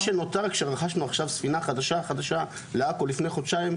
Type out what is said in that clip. רכשנו עכשיו ספינה חדשה לעכו לפני חודשיים,